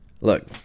Look